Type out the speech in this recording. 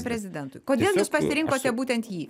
prezidentui kodėl jūs pasirinkote būtent jį